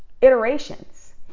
iterations